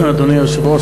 אדוני היושב-ראש,